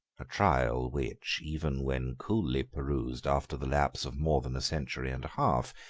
a trial which, even when coolly perused after the lapse of more than a century and a half,